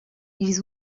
ils